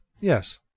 yes